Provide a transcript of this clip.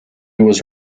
was